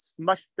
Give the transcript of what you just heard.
smushed